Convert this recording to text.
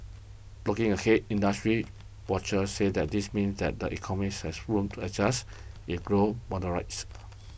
looking ahead industry watchers said that this means that the economies has room to adjust if growth moderates